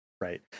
right